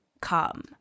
come